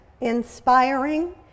inspiring